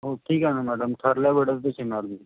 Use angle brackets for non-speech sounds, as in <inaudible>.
हो ठीक आहे ना मॅडम ठरल्या वेळेस <unintelligible>